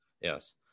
yes